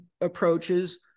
approaches